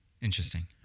Interesting